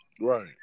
Right